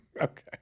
Okay